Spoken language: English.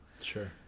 Sure